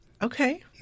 Okay